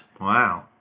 Wow